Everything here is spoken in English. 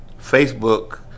Facebook